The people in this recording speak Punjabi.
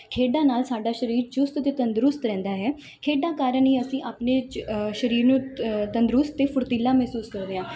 ਖੇਡਾਂ ਨਾਲ ਸਾਡਾ ਸਰੀਰ ਚੁਸਤ ਅਤੇ ਤੰਦਰੁਸਤ ਰਹਿੰਦਾ ਹੈ ਖੇਡਾਂ ਕਾਰਨ ਹੀ ਅਸੀਂ ਆਪਣੇ 'ਚ ਸਰੀਰ ਨੂੰ ਤੰਦਰੁਸਤ ਅਤੇ ਫੁਰਤੀਲਾ ਮਹਿਸੂਸ ਕਰਦੇ ਹਾਂ